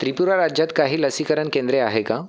त्रिपुरा राज्यात काही लसीकरण केंद्रे आहे का